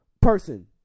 person